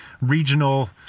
regional